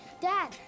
Dad